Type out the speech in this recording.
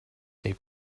they